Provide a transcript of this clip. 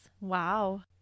Wow